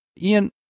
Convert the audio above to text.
Ian